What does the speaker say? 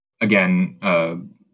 again